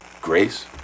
grace